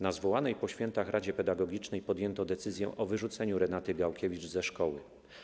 Na zwołanej po świętach radzie pedagogicznej podjęto decyzję o wyrzuceniu Renaty Gałkiewicz ze szkoły.